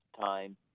time